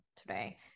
today